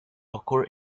occur